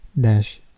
dash